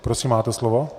Prosím, máte slovo.